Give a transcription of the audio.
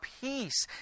peace